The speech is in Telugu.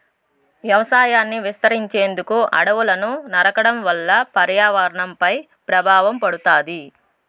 వ్యవసాయాన్ని విస్తరించేందుకు అడవులను నరకడం వల్ల పర్యావరణంపై ప్రభావం పడుతాది